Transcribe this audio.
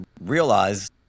realize